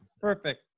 Perfect